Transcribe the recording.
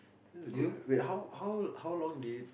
that's good eh wait how how how long did it